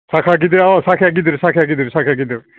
साखा गिदिर औ साखाया गिदिर साखाया गिदिर साखाया गिदिर